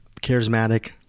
charismatic